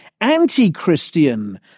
anti-Christian